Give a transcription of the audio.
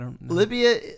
Libya